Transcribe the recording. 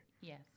Yes